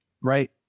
right